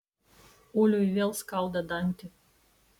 uliui vėl skauda dantį